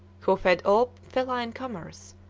who fed all feline comers,